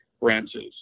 branches